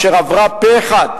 אשר עברה פה-אחד,